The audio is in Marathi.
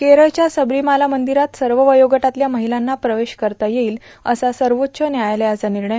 केरळच्या सबरीमाला मंदिरात सर्व वयोगटातल्या महिलांना प्रवेश करता येईल असा सर्वोच्च न्यायालयाचा निर्णय